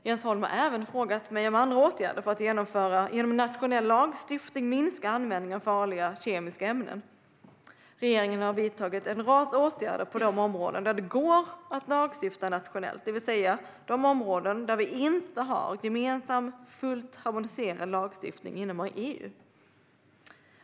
Jens Holm har även frågat mig om andra åtgärder för att genom nationell lagstiftning minska användningen av farliga kemiska ämnen. Regeringen har vidtagit en rad åtgärder på de områden där det går att lagstifta nationellt, det vill säga de områden där vi inte har gemensam fullt harmoniserande lagstiftning inom EU.